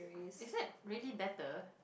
is that really better